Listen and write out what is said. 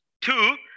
two